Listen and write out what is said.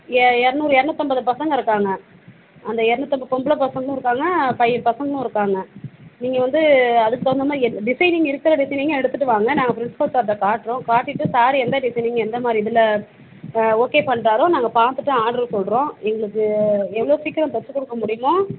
எ இரநூறு இரநூத்தம்பது பசங்க இருக்காங்க அந்த இரநூத்தம்பது பொம்பளை பசங்களும் இருக்காங்க பை பசங்களுக்கும் இருக்காங்க நீங்கள் வந்து அதுக்குத் தகுந்த மாதிரி எந் டிசைனிங் இருக்கிற டிசைனிங்கை எடுத்துட்டு வாங்க நாங்கள் ப்ரின்ஸ்பல் சார்கிட்ட காட்டுறோம் காட்டிவிட்டு சார் எந்த டிசைனிங் எந்த மாதிரி இதில் ஓகே பண்றாரோ நாங்கள் பார்த்துட்டு ஆர்டரு போடுறோம் எங்களுக்கு எவ்வளோ சீக்கிரம் தச்சு கொடுக்க முடியுமோ